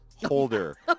holder